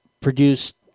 Produced